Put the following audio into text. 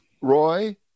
Roy